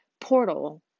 portal